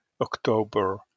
October